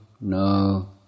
no